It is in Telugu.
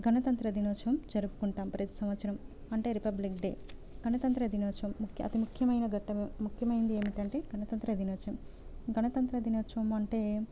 గణతంత్ర దినోత్సవం జరుపుకుంటాం ప్రతి సంవత్సరం అంటే రిపబ్లిక్ డే గణతంత్ర దినోత్సవం ముఖ్ అతి ముఖ్యమైన ఘట్టం ముఖ్యమైనది ఏమిటంటే గణతంత్ర దినోత్సవం గణతంత్ర దినోత్సవం అంటే